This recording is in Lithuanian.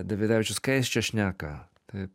davidavičius ką jis čia šneka tai